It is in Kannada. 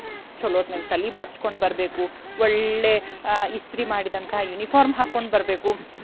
ಸ್ ಚಲೋತ್ನಾಗ ತಲೆ ಬಾಚ್ಕೊಂಡು ಬರಬೇಕು ಒಳ್ಳೆಯ ಇಸ್ತ್ರಿ ಮಾಡಿದಂಥ ಯುನಿಫಾರ್ಮ್ ಹಾಕೊಂಡು ಬರಬೇಕು